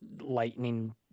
lightning